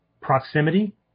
proximity